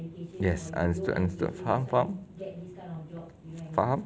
yes understood understood faham faham faham